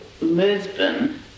Lisbon